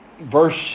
Verse